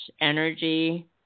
energy